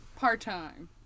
Part-time